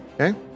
Okay